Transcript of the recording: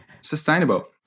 Sustainable